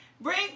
Bring